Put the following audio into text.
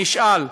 אני אשאל,